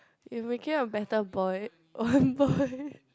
you became a better boy one boy